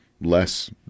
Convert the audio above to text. less